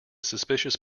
suspicious